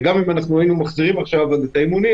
וגם אם היינו מחזירים עכשיו את האימונים,